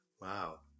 Wow